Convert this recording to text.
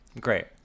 Great